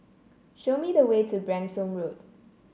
show me the way to Branksome Road